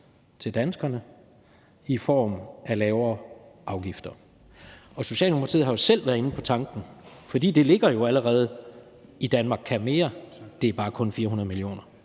til danskerne, i form af lavere afgifter. Socialdemokratiet har jo selv været inde på tanken, for det ligger jo allerede i »Danmark kan mere I« – det er bare kun 400 mio.